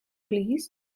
please